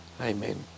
Amen